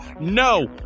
No